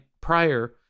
prior